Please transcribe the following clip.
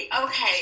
Okay